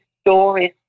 stories